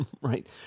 Right